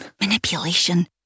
Manipulation